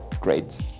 great